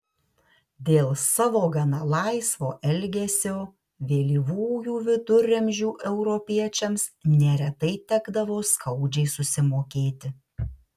dėl savo gana laisvo elgesio vėlyvųjų viduramžių europiečiams neretai tekdavo skaudžiai susimokėti